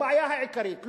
הבעיה העיקרית,